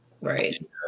Right